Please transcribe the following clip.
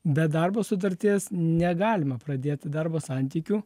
be darbo sutarties negalima pradėti darbo santykių